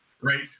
right